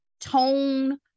tone